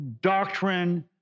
doctrine